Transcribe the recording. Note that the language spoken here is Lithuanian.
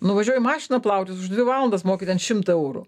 nuvažiuoji mašiną plautis už dvi valandas moki ten šimtą eurų